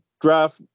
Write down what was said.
draft